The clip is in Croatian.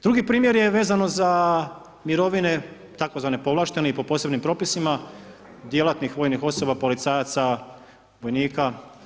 Drugi primjer je vezano za mirovine, tako zvane povlaštene i po posebnim propisima, djelatnih vojnih osoba, policajaca, vojnika.